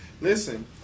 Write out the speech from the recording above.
Listen